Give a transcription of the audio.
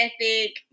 ethic